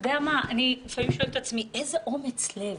אני שואלת את עצמי לפעמים: איזה אומץ לב,